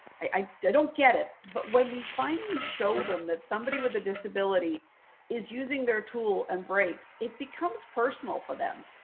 i don't get it. but when we finally show them that somebody with a disability is using their tool and breaks, it becomes personal for them.